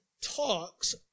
talks